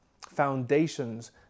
foundations